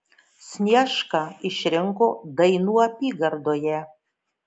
sniešką išrinko dainų apygardoje